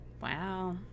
wow